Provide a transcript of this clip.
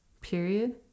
Period